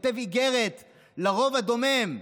כותב איגרת לרוב הדומם.